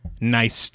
nice